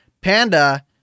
Panda